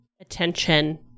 attention